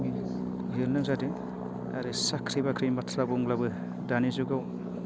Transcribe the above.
बेफोरनो जादों आरो साख्रि बाख्रिनि बाथ्रा बुंब्लाबो दानि जुगाव